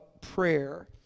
prayer